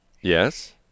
Yes